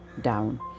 down